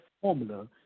formula